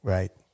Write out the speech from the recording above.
Right